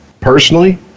personally